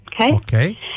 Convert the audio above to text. Okay